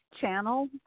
channel